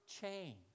change